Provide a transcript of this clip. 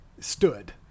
stood